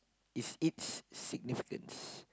is it's significance